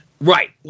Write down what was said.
right